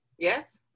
Yes